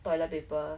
toilet paper